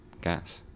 gas